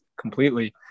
Completely